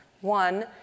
one